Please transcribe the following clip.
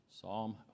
Psalm